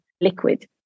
liquid